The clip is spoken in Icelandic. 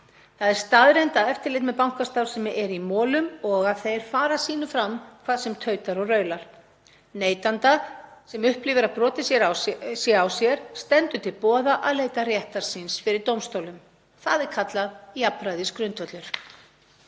Það er staðreynd að eftirlit með bankastarfsemi er í molum og að þeir fara sínu fram hvað sem tautar og raular. Neytanda sem upplifir að brotið sé á sér stendur til boða að leita réttar síns fyrir dómstólum. Það er kallað jafnræðisgrundvöllur